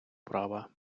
права